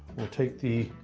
we'll take the